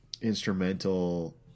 instrumental